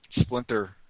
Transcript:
splinter